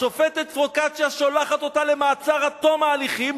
השופטת פרוקצ'יה שולחת אותה למעצר עד תום ההליכים.